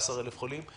13,000 חולים,